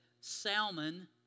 Salmon